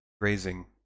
grazing